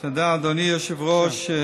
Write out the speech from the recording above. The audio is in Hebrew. תודה, אדוני היושב-ראש.